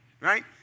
right